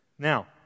Now